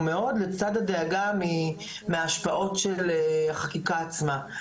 מאוד לצד הדאגה מההשפעות של החקיקה עצמה.